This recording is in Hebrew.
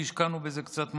כי השקענו בזה קצת מאמץ.